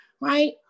right